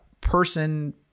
person